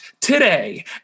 today